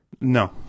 No